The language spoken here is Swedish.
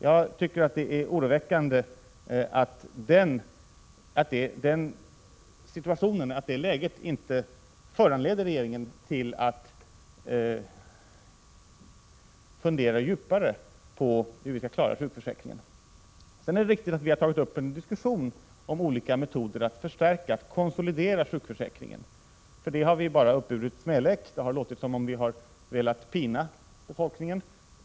Jag tycker att det är oroväckande att det läget inte 63 stemets finansiella ställning föranleder regeringen att fundera djupare på hur vi skall klara sjukförsäkringen. Sedan är det riktigt att vi har tagit upp en diskussion om olika metoder för att konsolidera sjukförsäkringen. För detta har vi bara lidit smälek — det har låtit som om vi velat pina befolkningen.